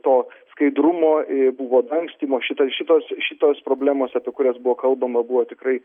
to skaidrumo buvo dangstymo šitos šitos šitos problemos apie kurias buvo kalbama buvo tikrai